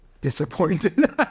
disappointed